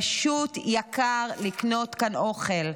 פשוט יקר לקנות כאן אוכל.